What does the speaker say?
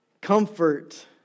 comfort